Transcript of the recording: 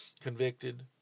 convicted